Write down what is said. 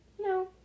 No